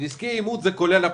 נזקי עימות כולל פרעות.